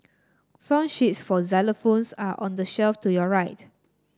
song sheets for xylophones are on the shelf to your right